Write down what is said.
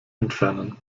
entfernen